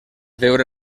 veure